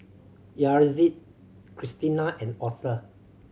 Yaretzi Cristina and Otha